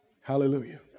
Hallelujah